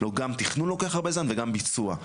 גם תכנון לוקח הרבה זמן וגם ביצוע,